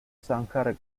zanjar